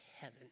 heaven